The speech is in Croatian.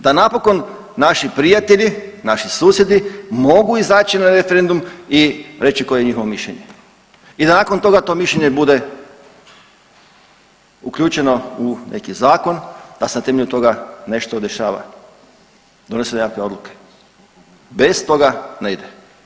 Da napokon naši prijatelji, naši susjedi mogu izaći na referendum i reći koje je njihovo mišljenje i da nakon toga to mišljenje bude uključeno u neki zakon, da se na temelju toga nešto dešava, donose nekakve odluke, bez toga ne ide.